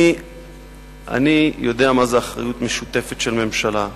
אני יודע מה זו אחריות משותפת של ממשלה,